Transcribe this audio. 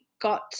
got